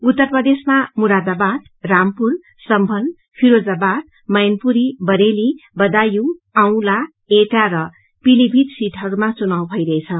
उत्तर प्रदेशमा मुरादाबाद रामपुरसम्भल फिरोजाबाद मेनपुरी बरेली बंदायू आंवला एटा र पिलीभित सिटहरूमा चुनाव भइरहेछ